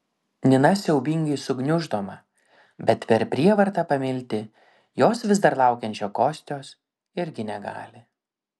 nina siaubingai sugniuždoma bet per prievartą pamilti jos vis dar laukiančio kostios irgi negali